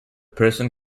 person